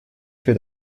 für